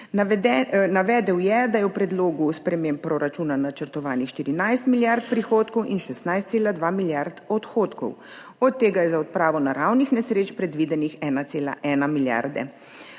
Navedel je, da je v predlogu sprememb proračuna načrtovanih 14 milijard prihodkov in 16,2 milijarde odhodkov, od tega je za odpravo naravnih nesreč predvidenih 1,1 milijarde.